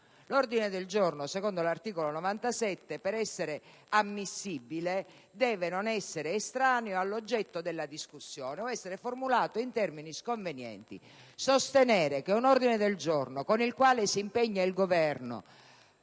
L'ordine del giorno, secondo l'articolo 97 del Regolamento, per essere ammissibile non deve essere estraneo all'oggetto della discussione, né formulato in termini sconvenienti. Un ordine del giorno con il quale si impegna il Governo